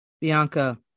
Bianca